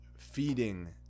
Feeding